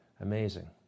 Amazing